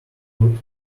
good